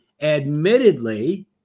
admittedly